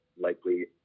Likely